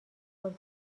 کرد